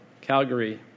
Calgary